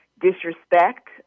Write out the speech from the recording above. disrespect